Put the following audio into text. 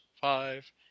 five